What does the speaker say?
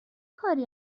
کاری